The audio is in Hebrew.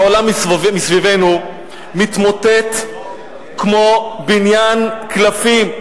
העולם מסביבנו מתמוטט כמו בניין קלפים.